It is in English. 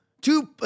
two